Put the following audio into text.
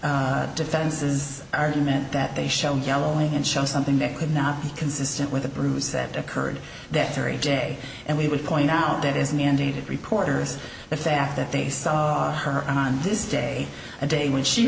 with defense's argument that they show yellowing and show something that could not be consistent with a bruise that occurred that very day and we would point out that is mandated reporters the fact that they saw her on this day a day when she